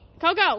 Coco